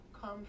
come